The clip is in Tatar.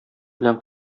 белән